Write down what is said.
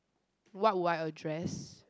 what would I address